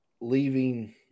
leaving